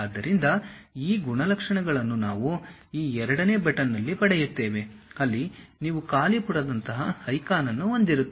ಆದ್ದರಿಂದ ಈ ಗುಣಲಕ್ಷಣಗಳನ್ನು ನಾವು ಈ ಎರಡನೇ ಬಟನ್ ಅಲ್ಲಿ ಪಡೆಯುತ್ತೇವೆ ಅಲ್ಲಿ ನೀವು ಖಾಲಿ ಪುಟದಂತಹ ಐಕಾನ್ ಅನ್ನು ಹೊಂದಿರುತ್ತೀರಿ